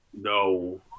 No